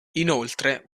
inoltre